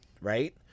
right